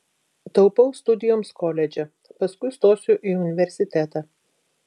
taupau studijoms koledže paskui stosiu į universitetą